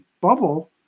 bubble